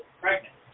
pregnant